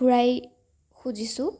ঘূৰাই খুজিছোঁ